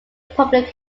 public